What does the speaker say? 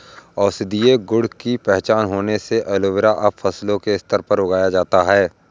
औषधीय गुण की पहचान होने से एलोवेरा अब फसलों के स्तर पर उगाया जाता है